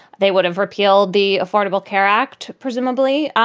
they would have repeal the affordable care act, presumably.